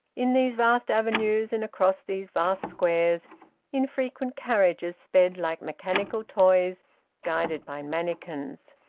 in these vast avenues and across these vast squares infrequent carriages sped like mechanical toys guided by mannikins.